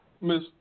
Miss